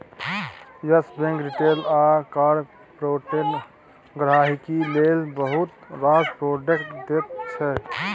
yes Bank retail आ corporate गांहिकी लेल बहुत रास प्रोडक्ट दैत छै